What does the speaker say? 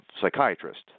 psychiatrist